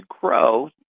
grow